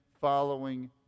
following